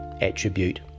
attribute